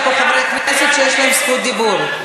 יש פה חברי כנסת שיש להם זכות דיבור.